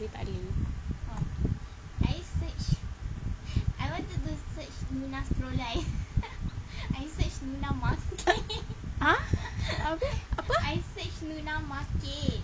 abeh takleh ah abeh apa